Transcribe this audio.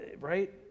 Right